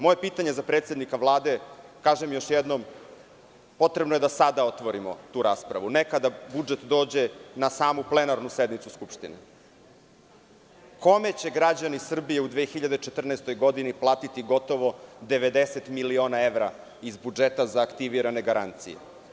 Moje pitanje za predsednika Vlade je, kažem još jednom, potrebno je da sada otvorimo tu raspravu, a ne kada budžet dođe na samu plenarnu sednicu Skupštine – kome će građani Srbije u 2014. godini platiti gotovo 90 miliona evra iz budžeta za aktivirane garancije?